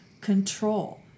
control